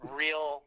real